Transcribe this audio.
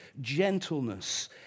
gentleness